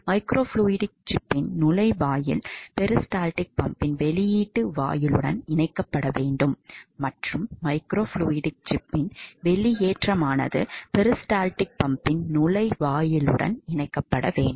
microfluidic சிப்பின் நுழைவாயில் peristaltic பம்பின் வெளியீட்டு வாயிலுடன் இணைக்கப்பட வேண்டும் மற்றும் மைக்ரோஃப்ளூய்டிக் சிப்பின் வெளியேற்றமானது பெரிஸ்டால்டிக் பம்பின் நுழைவாயிலுடன் இணைக்கப்பட வேண்டும்